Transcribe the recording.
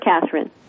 Catherine